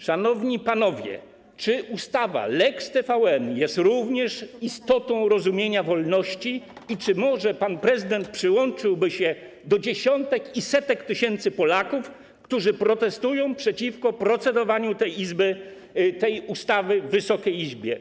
Szanowni panowie, czy ustawa lex TVN jest również istotą rozumienia wolności i czy może pan prezydent przyłączyłby się do dziesiątek i setek tysięcy Polaków, którzy protestują przeciwko procedowaniu nad tą ustawą w Wysokiej Izbie?